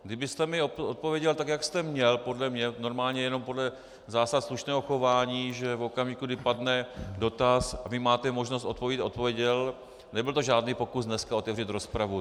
Kdybyste mi odpověděl tak, jak jste měl, podle mě jen podle zásad slušného chování, že v okamžiku, kdy padne dotaz, vy máte možnost odpovědět, odpověděl, nebyl to žádný pokus dnes otevřít rozpravu.